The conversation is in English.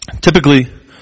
Typically